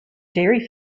dairy